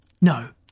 No